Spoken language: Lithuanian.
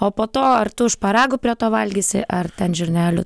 o po to ar tu šparagų prie to valgysi ar ten žirnelių